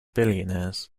billionaires